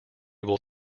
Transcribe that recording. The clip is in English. will